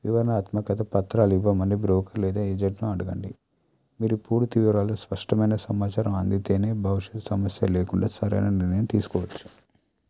వివరణాత్మకత పత్రాలు ఇవ్వమని బ్రోకర్ లేదా ఏజెంట్ను అడగండి మీరు పూర్తి వివరాలు స్పష్టమైన సమాచారం అందితేనే బహుశ సమస్య లేకుండా సరైన నిర్ణయం తీసుకోవచ్చు